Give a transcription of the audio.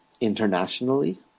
internationally